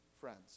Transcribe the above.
friends